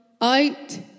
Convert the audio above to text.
Out